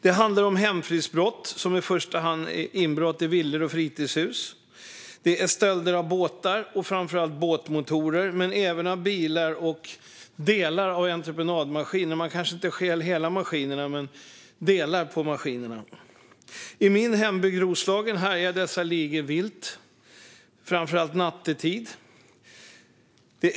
Det handlar om hemfridsbrott, i första hand inbrott i villor och fritidshus. Det handlar även om stölder av båtar och framför allt båtmotorer men även av bilar och delar av entreprenadmaskiner. I min hembygd Roslagen härjar dessa ligor vilt, framför allt nattetid.